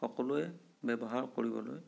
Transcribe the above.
সকলোৱে ব্যৱহাৰ কৰিবলৈ